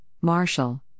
Marshall